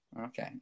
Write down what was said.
okay